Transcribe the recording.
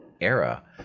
era